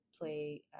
play